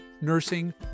nursing